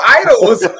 idols